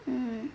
mm